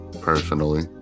personally